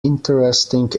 interesting